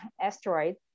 asteroid